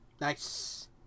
Nice